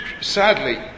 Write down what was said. sadly